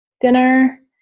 dinner